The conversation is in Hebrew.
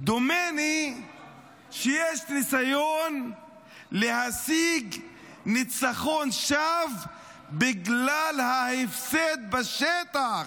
דומני שיש ניסיון להשיג ניצחון שווא בגלל ההפסד בשטח,